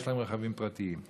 יש להם רכבים פרטיים,